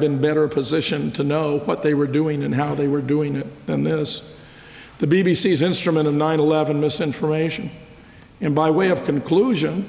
been better position to know what they were doing and how they were doing it than this the b b c s instrument of nine eleven misinformation and by way of conclusion